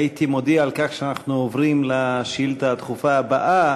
הייתי מודיע על כך שאנחנו עוברים לשאילתה הדחופה הבאה,